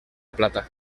plata